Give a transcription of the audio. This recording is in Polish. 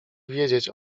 wiedzieć